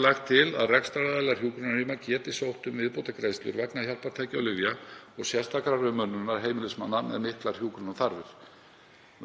lagt til að rekstraraðilar hjúkrunarrýma geti sótt um viðbótargreiðslur vegna hjálpartækja og lyfja og sérstakrar umönnunar heimilismanna með miklar hjúkrunarþarfir,